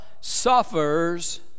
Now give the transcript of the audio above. suffers